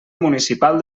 municipal